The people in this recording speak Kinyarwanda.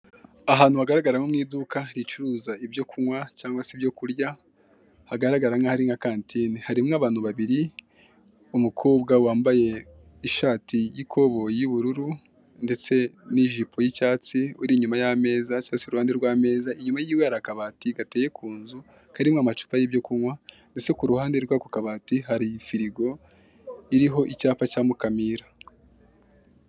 ahantu hagaragara nko mw'iduka ricuruza ibyo kunywa no kurya hagaragara nkaho ari nka kantine. harimo abantu babiri umukobwa wambaye ishati y'ikoboyi y'ubururu n'ijipo y'icyatsi iruhande rw'ameza inyuma ye hakaba akabati karimo ibyo kunywa ndetse iruhande rw'akabati hakaba firigo iriho icyapa cya mukamira